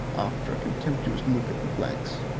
after a contemptuous look at the blacks,